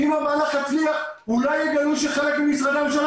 כי אם המהלך יצליח אולי יגלו שחלק ממשרדי הממשלה